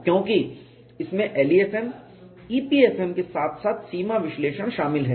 क्योंकि इसमें LEFM EPFM के साथ साथ सीमा विश्लेषण शामिल है